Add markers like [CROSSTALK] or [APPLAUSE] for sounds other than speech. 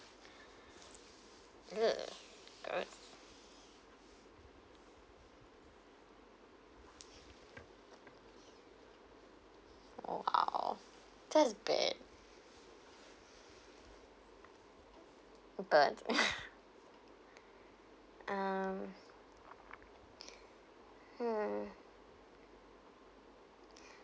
[NOISE] oh are orh that is bad but [LAUGHS] um [BREATH] mm [BREATH]